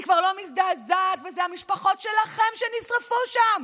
אני כבר לא מזדעזעת, וזה המשפחות שלכם שנשרפו שם.